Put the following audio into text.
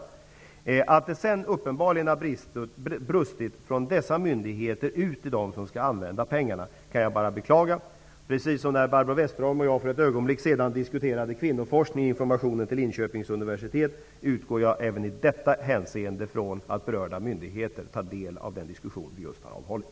Att informationen sedan uppenbarligen har brustit från dessa myndigheter ut till dem som skall använda pengarna kan jag bara beklaga. Precis som när Barbro Westerholm och jag för ett ögonblick sedan diskuterade kvinnoforskningen och informationen till Linköpings universitet utgår jag även i detta hänseende från att berörda myndigheter tar del av den diskussion vi just har avhållit.